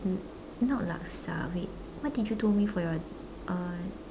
not laksa wait what did you told me for your uh